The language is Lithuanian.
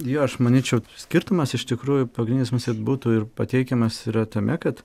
jo aš manyčiau skirtumas iš tikrųjų pagrindinis musėt būtų ir pateikiamas yra tame kad